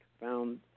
found